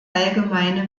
allgemeine